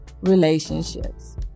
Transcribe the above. relationships